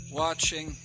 watching